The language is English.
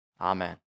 Amen